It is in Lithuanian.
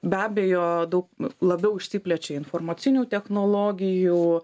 be abejo daug labiau išsiplečia informacinių technologijų